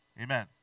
Amen